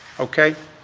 okay.